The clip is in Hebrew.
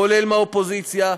כולל מהאופוזיציה,